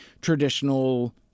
traditional